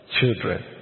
Children